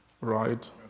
right